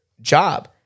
job